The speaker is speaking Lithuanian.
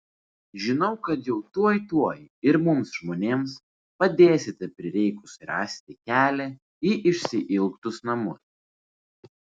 žinau kad jau tuoj tuoj ir mums žmonėms padėsite prireikus rasti kelią į išsiilgtus namus